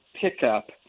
pickup